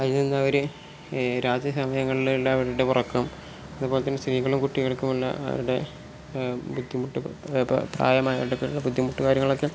അതിൽ നിന്ന് അവർ രാത്രി സമയങ്ങളിലുള്ള അവരുടെ ഉറക്കം അതു പോലെ തന്നെ സ്ത്രീകളും കുട്ടികൾക്കുമുള്ള അവരുടെ ബുദ്ധിമുട്ട് പ്രായമായവരുടെയൊക്കെ ബുദ്ധിമുട്ട് കാര്യങ്ങളൊക്കെ